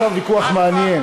זה עכשיו דווקא ויכוח מעניין.